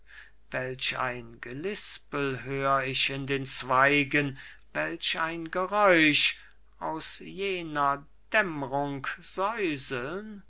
welch ein gelispel hör ich in den zweigen welch ein geräusch aus jener